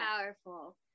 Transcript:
powerful